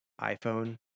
iPhone